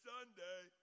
Sunday